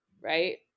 right